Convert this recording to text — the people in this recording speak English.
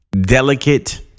delicate